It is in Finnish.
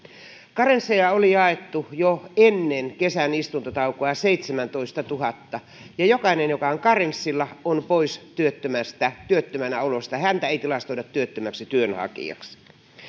karensseja oli jaettu jo ennen kesän istuntotaukoa seitsemäntoistatuhatta ja jokainen joka on karenssilla on pois työttömänä olosta häntä ei tilastoida työttömäksi työnhakijaksi